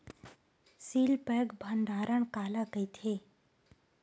Seal pack भंडारण काला कइथे?